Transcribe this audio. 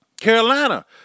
Carolina